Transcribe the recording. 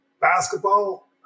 basketball